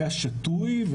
היה שתוי,